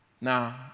Now